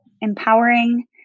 empowering